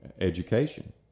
Education